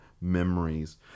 memories